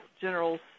General